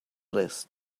list